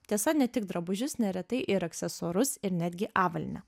tiesa ne tik drabužius neretai ir aksesuarus ir netgi avalynę